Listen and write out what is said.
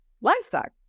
livestock